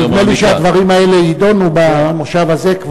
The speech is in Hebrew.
נדמה לי שהדברים האלה יידונו במושב הזה,